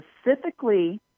specifically